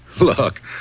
Look